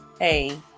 hey